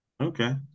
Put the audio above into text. Okay